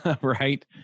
right